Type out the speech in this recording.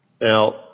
Now